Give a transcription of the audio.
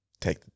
take